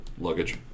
luggage